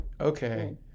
okay